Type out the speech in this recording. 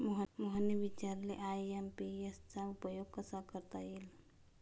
मोहनने विचारले आय.एम.पी.एस चा उपयोग कसा करता येईल?